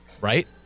right